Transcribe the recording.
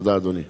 תודה, אדוני.